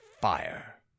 fire